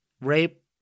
rape